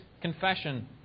confession